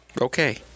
Okay